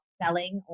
selling